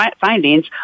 findings